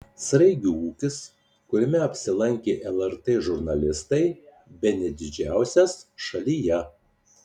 sraigių ūkis kuriame apsilankė lrt žurnalistai bene didžiausias šalyje